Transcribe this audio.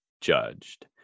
judged